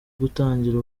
gutangira